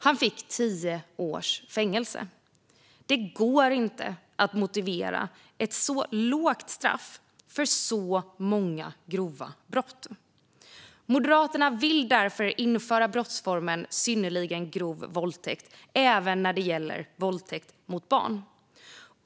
Han fick tio års fängelse. Det går inte att motivera ett så lågt straff för så många grova brott. Moderaterna vill därför införa brottsformen synnerligen grov våldtäkt även när det gäller våldtäkt mot barn.